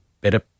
better